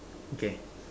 okay